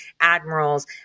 admirals